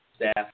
staff